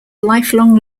lifelong